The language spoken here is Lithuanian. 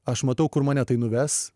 aš matau kur mane tai nuves